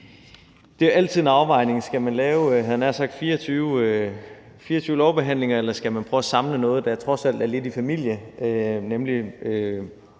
at det altid er en afvejning, om man skal lave 24 lovbehandlinger, eller om man skal prøve at samle noget, der trods alt er lidt i familie